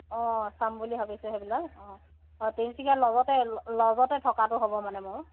অঁ চাম বুলি ভাবিছোঁ সেইবিলাক অঁ অঁ তিনিচুকীয়া ল'জতেই থকাটো হ'ব মানে মোৰ